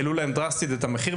העלו להם דרסטית את המחיר,